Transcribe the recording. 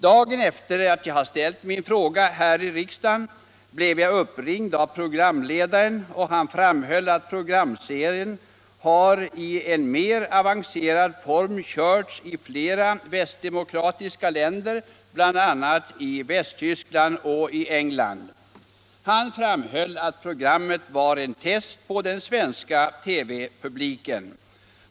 Dagen efter det att jag hade ställt min fråga här i riksdagen blev jag uppringd av programledaren, som framhöll att programserien i en mera avancerad form har körts i flera västdemokratiska länder, bl.a. i Västtyskland och i England. Han framhöll att programmet var en test på den svenska TV-publiken.